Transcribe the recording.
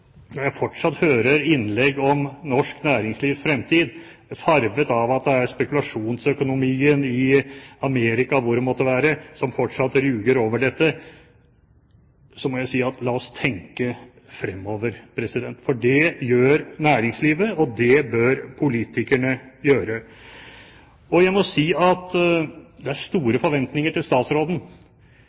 jeg fortsatt hører innlegg om norsk næringslivs fremtid farget av at det er spekulasjonsøkonomien i Amerika, eller hvor det måtte være, som fortsatt ruger over denne, må jeg si: La oss tenke fremover, for det gjør næringslivet, og det bør politikerne gjøre. Det er store forventninger til statsråden.